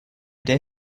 der